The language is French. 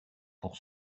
pour